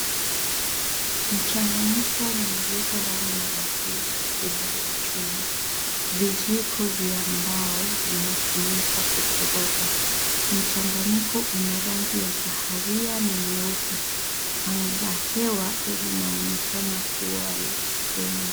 Mchanganyiko mzito ndani ya bakuli kubwa la chuma. Vijiko vya mbao vinatumika kukoroga. Mchanganyiko una rangi ya kahawia na nyeupe. Anga hewa linaonekana kuwa la dhumni.